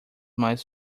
mais